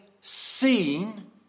seen